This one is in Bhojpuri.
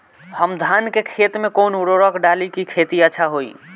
हम धान के खेत में कवन उर्वरक डाली कि खेती अच्छा होई?